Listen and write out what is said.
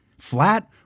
Flat